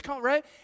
right